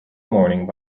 morning